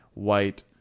white